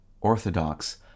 Orthodox